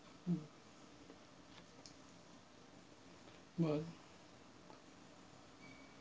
mm but